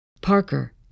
Parker